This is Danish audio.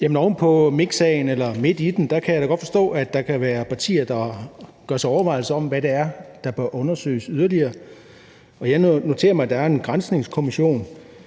Oven på minksagen, eller midt i den, kan jeg da godt forstå at der kan være partier, der gør sig overvejelser om, hvad det er, der bør undersøges yderligere. Og jeg noterer mig, at der er en Granskningskommission,